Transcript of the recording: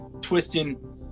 twisting